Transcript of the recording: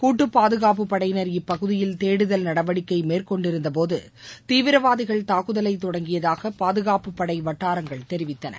கூட்டு பாதுகாப்புப் படையினர் இப்பகுதியில் தேடுதல் நடவடிக்கை மேற்கொண்டிருந்தபோது தீவிரவாதிகள் தூக்குதலை தொடங்கியதாக பாதுகாப்புப் படை வட்டாரங்கள் தெரிவித்தன